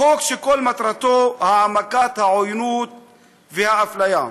חוק שכל מטרתו העמקת העוינות והאפליה.